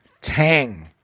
tang